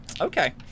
Okay